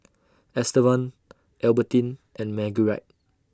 Estevan Albertine and Marguerite